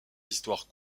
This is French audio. histoires